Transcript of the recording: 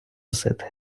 носити